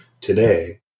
today